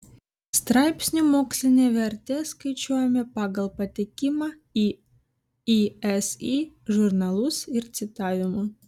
straipsnių mokslinę vertę skaičiuojame pagal patekimą į isi žurnalus ir citavimą